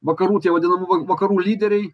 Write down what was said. vakarų tie vadinamų va vakarų lyderiai